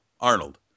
Arnold